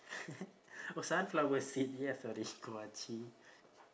oh sunflower seed ya sorry kua chee